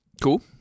Cool